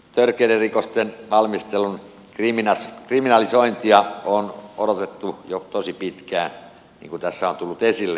törkeiden rikosten valmistelun kriminalisointia on odotettu jo tosi pitkään niin kuin tässä on tullut esille